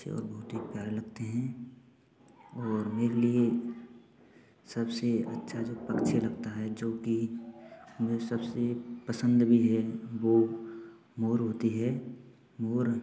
अच्छे और बहुत ही प्यारे लगते हैं और मेरे लिए सबसे अच्छा जो पक्षी लगता है जो कि हमें सबसे पसंद भी है वो मोर होती है मोर